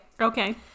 Okay